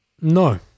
No